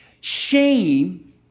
Shame